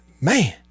Man